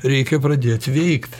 reikia pradėt veikt